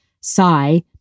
Sigh